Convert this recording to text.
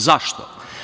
Zašto?